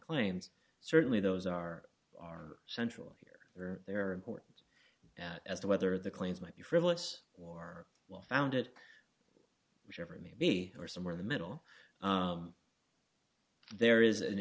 claims certainly those are are central here or they are important as to whether the claims might be frivolous war well founded whichever may be or somewhere in the middle there is an